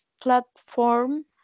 platform